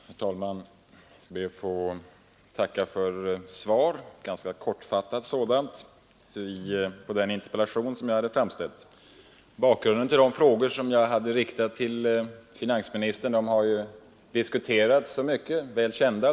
Herr talman! Jag ber att få tacka för svaret, ett ganska kortfattat sådant, på den interpellation som jag hade framställt. Bakgrunden till de frågor som jag riktat till finansministern har diskuterats mycket.